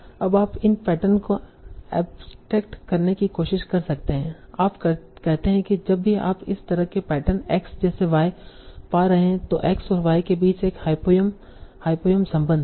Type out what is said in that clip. अब आप इन पैटर्न को एबट्रैक्ट करने की कोशिश कर सकते हैं आप कहते हैं कि जब भी आप इस तरह के पैटर्न x जैसे y पा रहे हैं तो x और y के बीच एक हायपोंयम हायपोंयम संबंध है